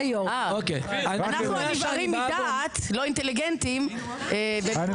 הדברים שהכי כואבים לפוסט טראומה לא מתקדמים בקצב הנכון,